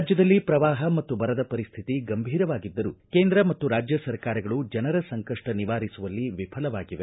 ರಾಜ್ಯದಲ್ಲಿ ಪ್ರವಾಹ ಮತ್ತು ಬರದ ಪರಿಶ್ಶಿತಿ ಗಂಭೀರವಾಗಿದ್ದರೂ ಕೇಂದ್ರ ಮತ್ತು ರಾಜ್ಯ ಸರ್ಕಾರಗಳು ಜನರ ಸಂಕಷ್ಟ ನಿವಾರಿಸುವಲ್ಲಿ ವಿಫಲವಾಗಿವೆ